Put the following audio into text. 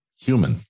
human